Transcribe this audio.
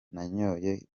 nanyoye